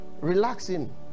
relaxing